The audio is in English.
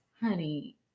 Honey